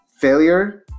failure